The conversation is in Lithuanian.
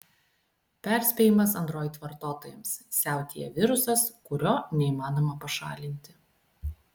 perspėjimas android vartotojams siautėja virusas kurio neįmanoma pašalinti